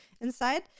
inside